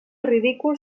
ridícul